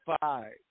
five